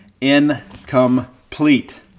incomplete